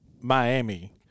Miami